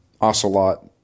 Ocelot